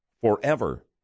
forever